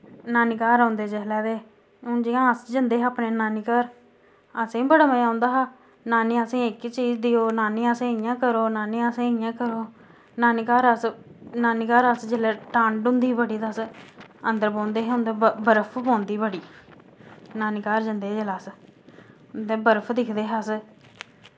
नानी घर औंदे जिसलै ते हून जि'यां अस जन्दे हे अपने नानी घर असेंई बी बड़ा मजा औंदा हा नानी असें एह्की चीज देओ नानी असेंई इ'यां करो नानी असें इ'यां करो नानी घर अस नानी घर अस जिसलै ठंड होंदी ही बड़ी ते अस अंदर बौंह्दे हे उं'दै बर्फ पौंदी बड़ी नानी घर जन्दे हे जिसलै अस उं'दै बर्फ दिखदे हे अस